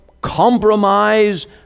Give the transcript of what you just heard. compromise